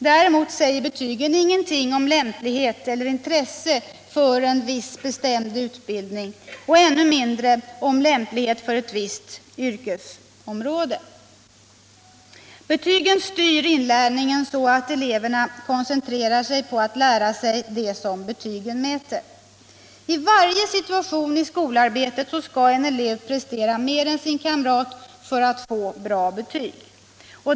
Däremot säger betygen ingenting om lämplighet eller intresse för en viss bestämd utbildning och ännu mindre om lämplighet för ett visst yrkesområde. Betygen styr inlärningen så att eleverna koncentrerar sig på att lära sig det som betygen mäter. I varje situation i skolarbetet skall en elev prestera mer än sin kamrat för att få bra betyg.